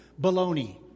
Baloney